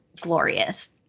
glorious